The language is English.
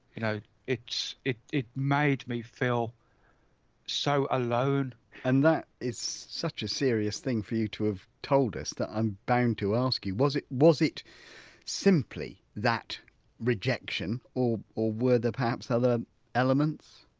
you know it it made me feel so alone and that is such a serious thing for you to have told us that i'm bound to ask you was it was it simply that rejection or or were there perhaps other elements?